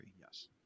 Yes